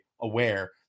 aware